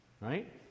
Right